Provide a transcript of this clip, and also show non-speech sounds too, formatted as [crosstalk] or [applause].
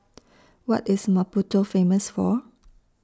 [noise] What IS Maputo Famous For